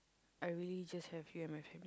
I really just have you and my family